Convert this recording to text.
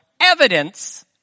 evidence